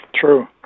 True